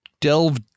delve